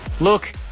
Look